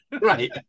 right